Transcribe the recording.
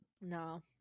No